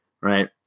right